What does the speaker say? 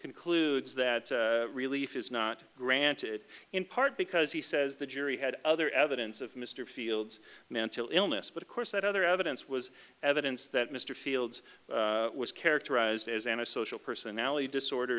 concludes that relief is not granted in part because he says the jury had other evidence of mr field's mental illness but of course that other evidence was evidence that mr fields was characterized as an a social personality disorder